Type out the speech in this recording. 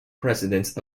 presidents